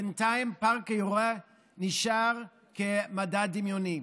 בינתיים פארק היורה נשאר כמדע דמיוני.